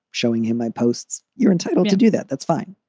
showing him my posts. you're entitled to do that. that's fine